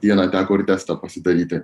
dieną teko ir testą pasidaryti